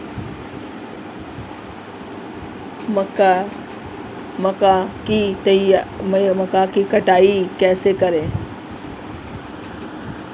मक्का की कटाई कैसे करें?